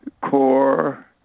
CORE